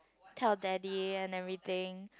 tell daddy and everything